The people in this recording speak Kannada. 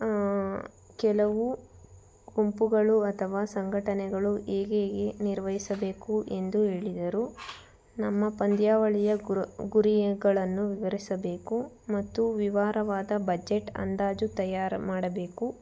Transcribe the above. ಕೆಲವು ಗುಂಪುಗಳು ಅಥವಾ ಸಂಘಟನೆಗಳು ಹೇಗೇಗೆ ನಿರ್ವಹಿಸಬೇಕು ಎಂದು ಹೇಳಿದರು ನಮ್ಮ ಪಂದ್ಯಾವಳಿಯ ಗುರು ಗುರಿಗಳನ್ನು ವಿವರಿಸಬೇಕು ಮತ್ತು ವಿವರವಾದ ಬಜೆಟ್ ಅಂದಾಜು ತಯಾರು ಮಾಡಬೇಕು